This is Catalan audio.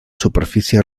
superfície